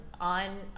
on